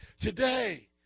Today